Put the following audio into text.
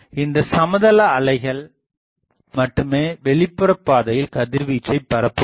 இந்தச் சமதள அலைகள் மட்டுமே வெளிப்புற பாதையில் கதிர்வீச்சை பரப்புகிறது